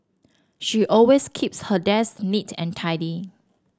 she always keeps her desk neat and tidy